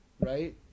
right